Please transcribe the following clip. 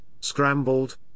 scrambled